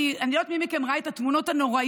אני לא יודעת מי מכם ראה את התמונות הנוראיות,